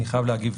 אני חייב להגיב.